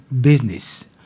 business